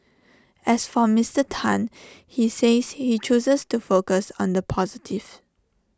as for Mister Tan he says he chooses to focus on the positive